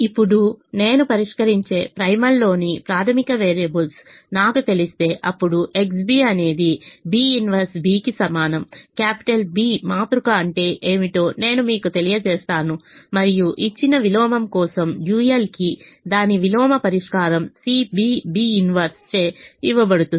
ఇప్పుడు నేను పరిష్కరించే ప్రైమల్ లోని ప్రాథమిక వేరియబుల్స్ నాకు తెలిస్తే అప్పుడు XB అనేది B 1B కి సమానం క్యాపిటల్B మాతృక అంటే ఏమిటో నేను మీకు తెలియజేస్తాను మరియు ఇచ్చిన విలోమం కోసం డ్యూయల్ కి దాని విలోమ పరిష్కారం CB B 1 CB B 1 చే ఇవ్వబడుతుంది